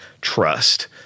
trust